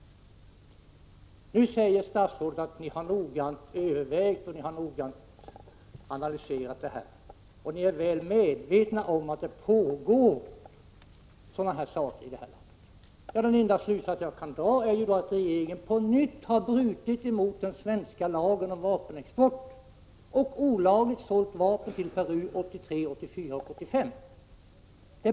Nu säger statsrådet att regeringen noggrant övervägt och analyserat frågan och att regeringen är medveten om att det pågår oroligheter i Peru. Den enda slutsats jag kan dra är att regeringen på nytt brutit mot den svenska lagen om vapenexport och olagligt sålt vapen till Peru 1983, 1984 och 1985.